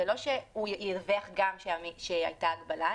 כלומר,